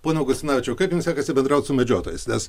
pone augustinavičiau kaip jums sekasi bendraut su medžiotojais nes